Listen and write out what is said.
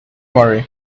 worry